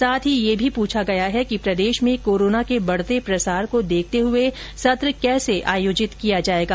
साथ ही यह भी पूछा गया है कि प्रदेश में कोरोना के बढ़ते प्रसार को देखते हुए सत्र कैसे आयोजित किया जाएगा